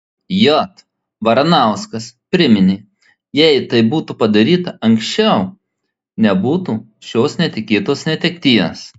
j varanauskas priminė jei tai būtų padaryta anksčiau nebūtų šios netikėtos netekties